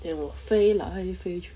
ya lor 飞 lah 它已经飞去